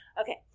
Okay